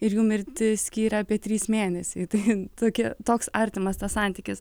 ir jų mirtį skyrė apie trys mėnesiai tai tokie toks artimas tas santykis